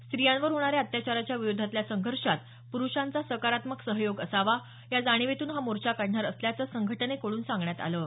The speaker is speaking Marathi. स्त्रियांवर होणाऱ्या अत्याचाराच्या विरोधातल्या संघर्षात प्रुषांचा सकारात्मक सहयोग असावा या जाणिवेतून हा मोर्चा काढणार असल्याचं संघटनेकडून सांगण्यात आलं आहे